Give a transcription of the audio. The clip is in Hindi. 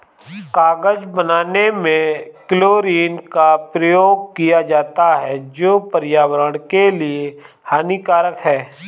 कागज बनाने में क्लोरीन का प्रयोग किया जाता है जो पर्यावरण के लिए हानिकारक है